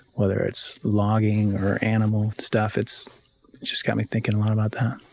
whether it's logging or animal stuff, it's just got me thinking a lot about that.